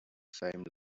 same